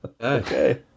Okay